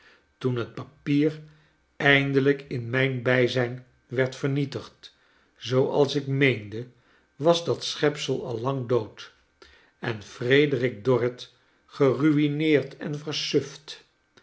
toen het papier eindelijk in mijn bijzgn werd vernietigd zooals ik meende was dat schepsel al lang dood en frederik dorrit geruineerd en versuft